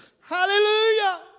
Hallelujah